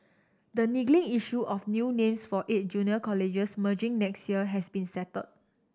the niggling issue of new names for eight junior colleges merging next year has been settled